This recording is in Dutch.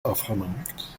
afgemaakt